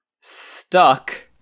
Stuck